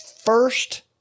first